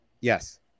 yes